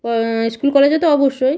school কলেজে তো অবশ্যই